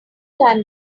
time